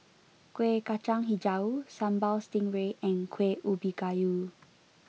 Kuih Kacang HiJau Sambal Stingray and Kuih Ubi Kayu